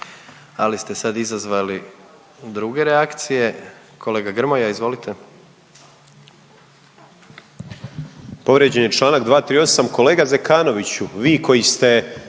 Ali ste sad izazvali druge reakcije. Kolega Grmoja izvolite.